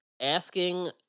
asking